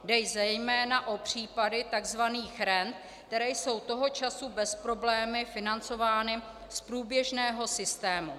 Jde zejména o případy tzv. rent, které jsou toho času bez problému financovány z průběžného systému.